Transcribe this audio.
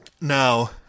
Now